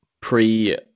pre